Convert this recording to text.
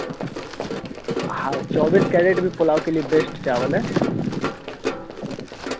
हाँ चौबीस कैरेट भी पुलाव के लिए बेस्ट चावल है